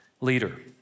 leader